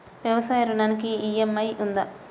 వ్యవసాయ ఋణానికి ఈ.ఎం.ఐ ఉందా?